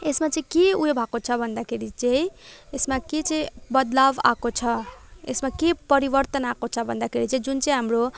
यसमा चाहिँ के उयो भएको छ भन्दाखेरि चाहिँ यसमा के चाहिँ बदलाब आएको छ यसमा के परिवर्तन आएको छ भन्दाखेरि जुन चाहिँ हाम्रो